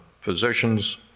physicians